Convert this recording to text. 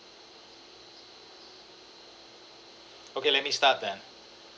okay let me start then